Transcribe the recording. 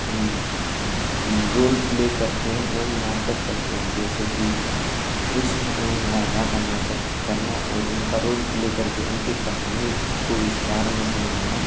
role play करते हैं एवं नाटक करते हैं जैसे कि कृष्ण एवं राधा का नाटक करना और उनका रोल प्ले करके उनकी कहानी को विस्तार में समझाना